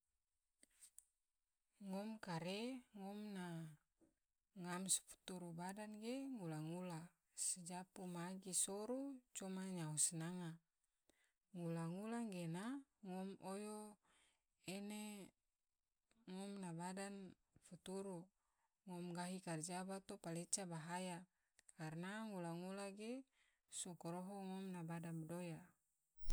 Ngom kare ngom na ngam so futuru ngom na bada ge ngula-ngula so japu magi soru, coma nyao sinanga, ngula-ngula gena ngom oyo ene ngom na bada futuru, ngom gahi karja bato ngom paleca bahaya karana ngula-ngula ge so koroho ngom na bada madoya.